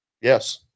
Yes